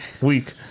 week